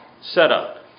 setup